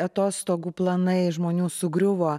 atostogų planai žmonių sugriuvo